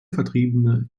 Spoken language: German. vertriebene